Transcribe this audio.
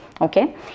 Okay